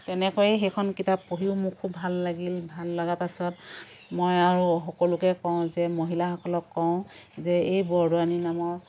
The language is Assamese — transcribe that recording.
তেনেকৈয়ে সেইখন কিতাপ পঢ়িও মোৰ খুব ভাল লাগিল ভাল লগা পাছত মই আৰু সকলোকে কওঁ যে মহিলাসকলক কওঁ যে এই বৰদোৱানী নামৰ